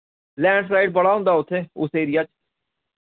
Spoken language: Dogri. लैंड स्लाइड बड़ा होंदा उत्थे उस एरिया च